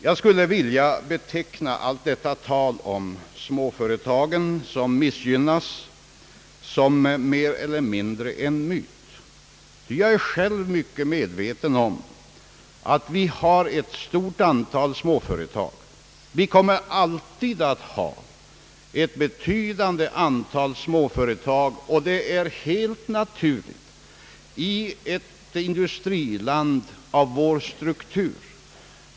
Jag skulle vilja beteckna allt detta tal om småföretagen som missgynnas så som mer eller mindre en myt. Jag är själv i hög grad medveten om att vi har och alltid kommer att ha ett betydande antal småföretag — och det är helt naturligt i ett industriland av vår struktur.